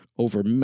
Over